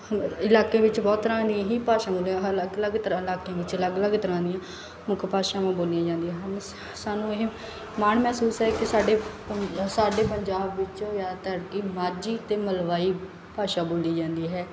ਹ ਇਲਾਕੇ ਵਿੱਚ ਬਹੁਤ ਤਰ੍ਹਾਂ ਦੀਆਂ ਹੀ ਭਾਸ਼ਾ ਬੋਲੀ ਹ ਅਲੱਗ ਅਲੱਗ ਤਰ੍ਹਾਂ ਇਲਾਕਿਆਂ ਵਿੱਚ ਅਲੱਗ ਅਲੱਗ ਤਰ੍ਹਾਂ ਦੀਆਂ ਮੁੱਖ ਭਾਸ਼ਾਵਾਂ ਬੋਲੀਆਂ ਜਾਂਦੀਆਂ ਹਨ ਸ ਸਾਨੂੰ ਇਹ ਮਾਣ ਮਹਿਸੂਸ ਹੈ ਕਿ ਸਾਡੇ ਪੰਜਾ ਸਾਡੇ ਪੰਜਾਬ ਵਿੱਚ ਜ਼ਿਆਦਾਤਰ ਕਿ ਮਾਝੀ ਅਤੇ ਮਲਵਈ ਭਾਸ਼ਾ ਬੋਲੀ ਜਾਂਦੀ ਹੈ